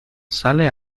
sale